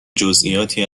جزییاتی